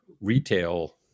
retail